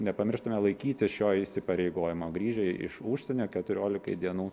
nepamirštume laikytis šio įsipareigojimo grįžę iš užsienio keturiolikai dienų